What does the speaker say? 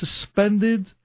suspended